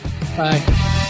Bye